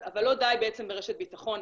אבל לא די ברשת בטחון,